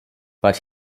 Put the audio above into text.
but